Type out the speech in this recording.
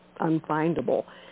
unfindable